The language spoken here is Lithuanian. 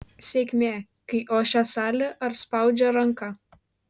sėkmė kai ošia salė ar spaudžia ranką